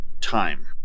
time